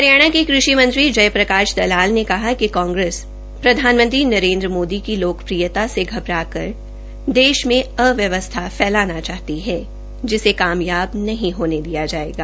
हरियाणा के कृषि मंत्री जय प्रकाश दलाल ने कहा कि कांग्रेस प्रधानमंत्री नरेन्द्र मोदी की लोकप्रियता से घबराकर देश अव्यवस्था फैलाना चाहती है जिसे कामयाब नहीं होने दिया जायेगा